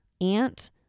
aunt